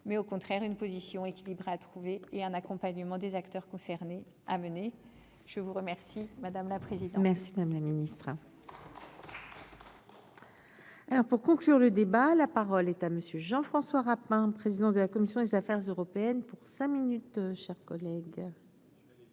mais au contraire une position équilibrée à trouver et un accompagnement des acteurs concernés à mener, je vous remercie. Madame la présidente, merci madame la ministre. Alors pour conclure le débat, la parole est à monsieur Jean-François Rapin, président de la commission des Affaires européennes pour cinq minutes chers collègues.